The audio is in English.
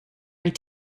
and